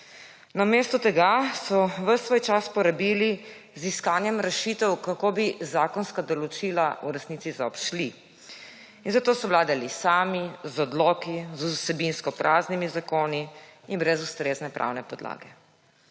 Namesto tega so ves svoj čas porabili z iskanjem rešitev, kako bi zakonska določila v resnici zaobšli. Zato s vladali sami, z odloki, z vsebinsko praznimi zakoni in brez ustrezne pravne podlage.